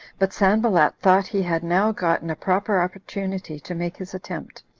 but sanballat thought he had now gotten a proper opportunity to make his attempt,